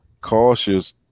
cautious